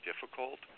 difficult